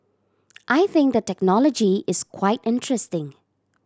I think the technology is quite interesting